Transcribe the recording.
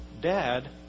Dad